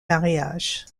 mariages